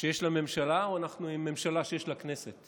שיש לה ממשלה או שאנחנו עם ממשלה שיש לה כנסת?